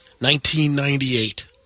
1998